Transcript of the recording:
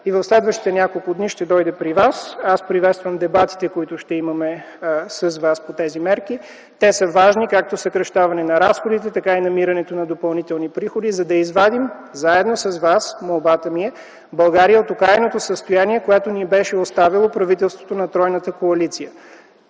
и в следващите няколко дни ще дойде при Вас. Аз приветствам дебатите, които ще имаме с вас по тези мерки. Те са важни. Молбата ми е, както съкращаване на разходите, така и намирането на допълнителни приходи, за да извадим заедно с вас България от окаяното състояние, в което ни беше оставило правителството на тройната коалиция.